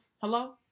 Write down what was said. Hello